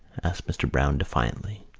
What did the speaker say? asked mr. browne defiantly.